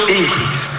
increase